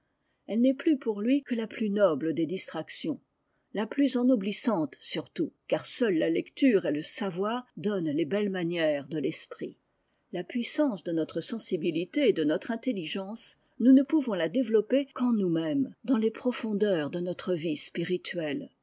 elle n'est plus pour lui que la plus noble des distractions la plus ennoblissante surtout car seuls la lecture et le savoir donnent les belles manières de l'esprit la puissance de notre sensibilité et de notre intelligence nous ne